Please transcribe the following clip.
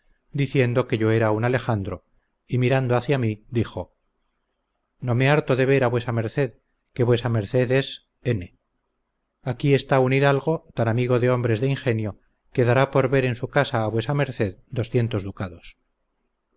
diciendo que yo era un alejandro y mirando hacía mí dijo no me harto de ver a vuesa merced que vuesa merced es n aquí está un hidalgo tan amigo de hombres de ingenio que dará por ver en su casa a vuesa merced doscientos ducados